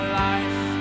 life